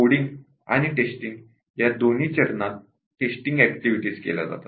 coding आणि testing या दोन्ही लेव्हल वर टेस्टिंग ऍक्टिव्हिटीज केल्या जातात